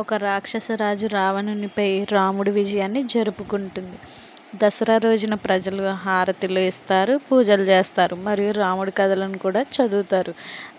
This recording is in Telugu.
ఒక రాక్షస రాజు రావణుని పై రాముడు విజయాన్ని జరుపుకుంటుంది దసరా రోజున ప్రజలు హారతిలు ఇస్తారు పూజలు చేస్తారు మరియు రాముడి కథలను కూడా చదువుతారు